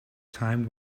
time